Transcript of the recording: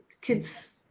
kids